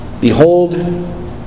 Behold